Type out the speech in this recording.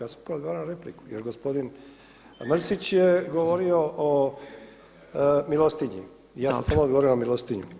Ja sam prvo odgovarao na repliku jer gospodin Mrsić je govorio o milostinji i ja sam samo odgovorio na milostinju.